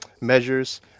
measures